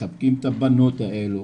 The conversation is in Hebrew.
מחבקים את הבנות האלה